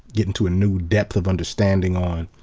getting to a new depth of understanding on.